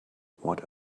what